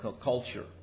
culture